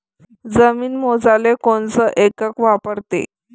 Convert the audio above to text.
जमीन मोजाले कोनचं एकक वापरते?